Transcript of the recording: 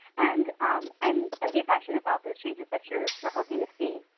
and and and be passionate about those changes that you're you're hoping to see.